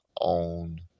own